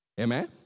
Amen